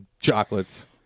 chocolates